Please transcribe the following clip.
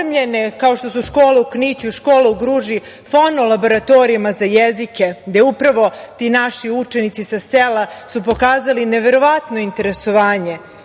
opremljene kao što su škole u Kniću i škole u Gruži fono laboratorijama za jezike, gde upravo ti naši učenici sa sela su pokazali neverovatno interesovanje. Upravo